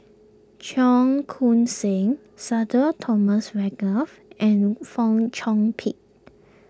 Cheong Koon Seng Sudhir Thomas Vadaketh and Fong Chong Pik